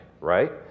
right